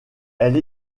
elle